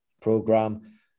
program